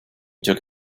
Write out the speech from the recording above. took